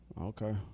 Okay